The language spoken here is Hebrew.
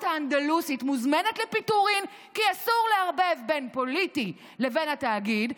האנדלוסית מוזמנת לפיטורים כי אסור לערבב בין פוליטי לבין התאגיד,